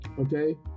Okay